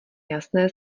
jasné